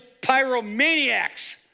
pyromaniacs